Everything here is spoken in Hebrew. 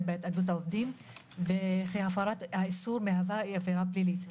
בהתאגדות העובדים וכי הפרת האיסור מהווה עבירה פלילית.